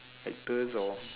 actors or